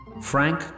Frank